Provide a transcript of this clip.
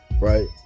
right